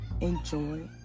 Enjoy